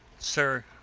sir,